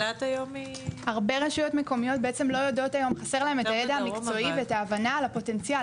להרבה רשויות מקומיות היום חסרים הידע המקצועי וההבנה על הפוטנציאל,